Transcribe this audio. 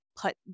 put